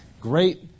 great